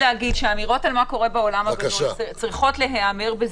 האמירות על מה קורה בעולם הגדול צריכות להיאמר בזהירות.